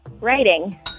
Writing